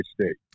state